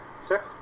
Sir